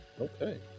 okay